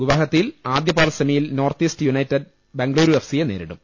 ഗുവാഹത്തിയിൽ ആദ്യപാദ സെമി യിൽ North East United Bengaluru F സിയെ നേരിടും